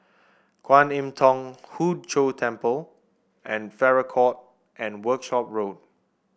Kwan Im Thong Hood Cho Temple and Farrer Court and Workshop Road